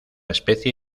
especie